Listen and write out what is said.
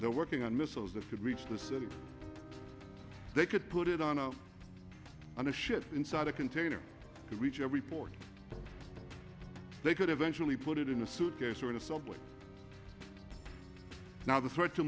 they're working on missiles that could reach the city they could put it on a on a ship inside a container reach every port they could eventually put it in a suitcase or in a subway now the threat to